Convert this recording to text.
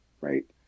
right